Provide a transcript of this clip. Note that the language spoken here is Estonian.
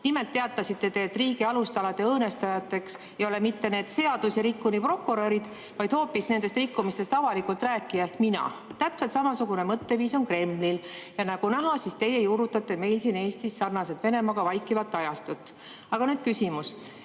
Nimelt teatasite te, et riigi alustalade õõnestajateks ei ole mitte need seadusi rikkunud prokurörid, vaid hoopis nendest rikkumistest avalikult rääkija ehk mina. Täpselt samasugune mõtteviis on Kremlil. Nagu näha, teie juurutate meil siin Eestis sarnaselt Venemaaga vaikivat ajastut. Aga nüüd küsimus.